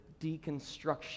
deconstruction